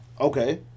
Okay